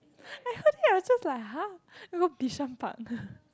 I heard then I was just like !huh! want go Bishan-Park